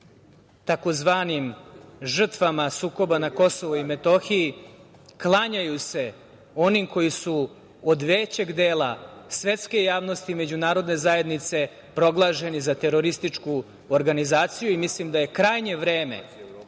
tzv. žrtvama sukoba na Kosovu i Metohiji, klanjaju se onima koji su od većeg dela svetske javnosti međunarodne zajednice proglašeni za terorističku organizaciju i mislim da je krajnje vreme,